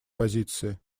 позиции